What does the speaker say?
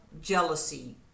jealousy